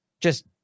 just-